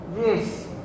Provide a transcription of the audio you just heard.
yes